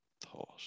thought